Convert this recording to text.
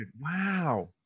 Wow